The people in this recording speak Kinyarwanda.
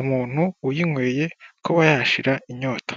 umuntu uyinyweye kuba yashira inyota.